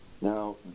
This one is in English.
Now